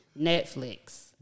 Netflix